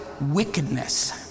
wickedness